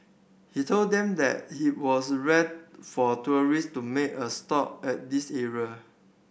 he told them that he was rare for tourist to make a stop at this area